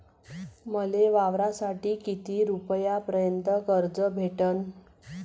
मले वावरासाठी किती रुपयापर्यंत कर्ज भेटन?